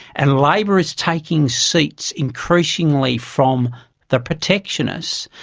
and labor is taking seats increasingly from the protectionists,